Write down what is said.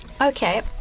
Okay